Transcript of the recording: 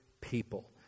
people